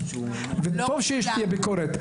וטוב שתהיה ביקורת.